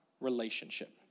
relationship